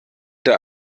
der